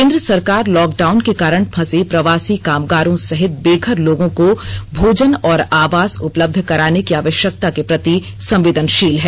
केंद्र सरकार लॉकडाउन के कारण फंसे प्रवासी कामगारों सहित बेघर लोगों को भोजन और आवास उपलब्ध कराने की आवश्यकता के प्रति संवेदनशील है